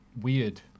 weird